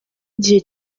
igihe